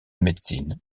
médecine